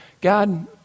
God